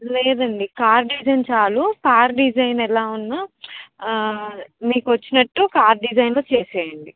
లేదండి car design చాలు car design ఎలా ఉన్నా మీకు వచ్చినట్టు కార్ డిజైన్లో చేసేయండి